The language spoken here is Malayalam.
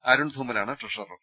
അരുൺ ധുമലാണ് ട്രഷറർ